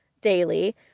daily